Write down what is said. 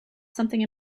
something